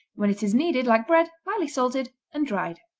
when it is kneaded like bread, lightly salted, and dried.